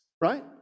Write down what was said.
right